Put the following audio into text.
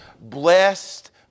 blessed